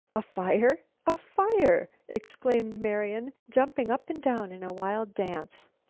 a fire! a fire! exclaimed marian, jumping up and down in a wild dance.